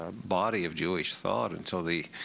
ah body of jewish thought until the